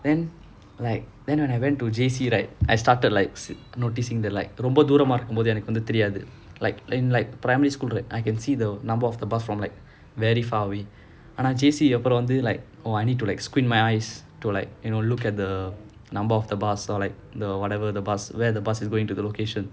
then like then when I went to J_C right I started like noticing the like ரொம்ப தூரமா இருக்கும் போது எனக்கு வந்தது தெரியாது:romba thooramaa irukum pothu ennakku vanthathu teriyaathu like in like primary school right I can see the number of the bus from like very far away and J_C அப்புறம் வந்து:appuram vanthu oh I need to like squint my eyes to like you know look at the number of the bus or like the whatever the bus where the bus is going to the location